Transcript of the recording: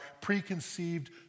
preconceived